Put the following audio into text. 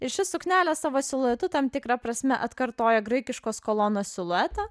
ir ši suknelė savo siluetu tam tikra prasme atkartoja graikiškos kolonos siluetą